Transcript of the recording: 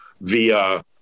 via